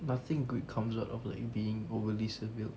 nothing good comes out of like being overly surveilled